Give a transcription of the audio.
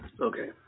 okay